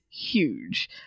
huge